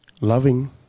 Loving